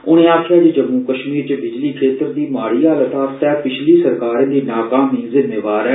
उनें आक्खेआ जे जम्मू कश्मीर च बिजली खेत्तर दी माड़ी हालत लेई पिछली सरकारें दी नाकामी जिम्मेवार ऐ